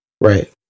Right